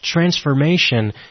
Transformation